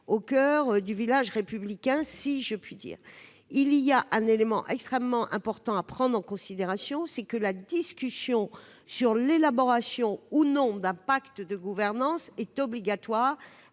au coeur du village républicain, si je puis dire. Un élément extrêmement important doit être pris en considération : la discussion portant sur l'élaboration ou non d'un pacte de gouvernance est obligatoire,